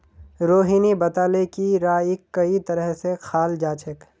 रोहिणी बताले कि राईक कई तरह स खाल जाछेक